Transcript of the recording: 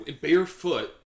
barefoot